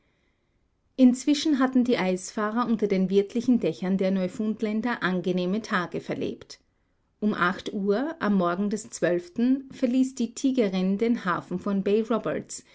inzwischen hatten die eisfahrer unter den wirtlichen dächern der neufundländer angenehme tage verlebt um acht uhr am morgen des verließ die tigerin den hafen von